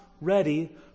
ready